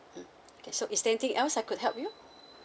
mm okay so is there anything else I could help you